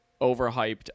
overhyped